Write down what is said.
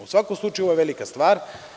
U svakom slučaju, ovo je velika stvar.